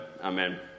Amen